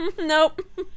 Nope